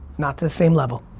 not to the same level.